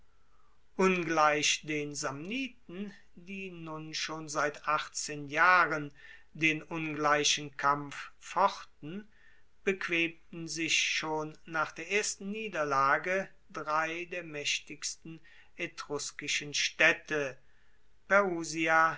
ungleich den samniten die nun schon seit achtzehn jahren den ungleichen kampf fochten bequemten sich schon nach der ersten niederlage drei der maechtigsten etruskischen staedte perusia